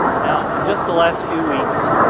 now, in just the last few weeks,